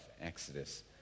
Exodus